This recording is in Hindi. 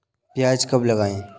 प्याज कब लगाएँ?